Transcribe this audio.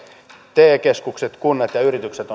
te keskukset kunnat ja yritykset